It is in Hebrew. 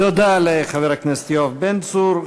תודה לחבר הכנסת יואב בן צור.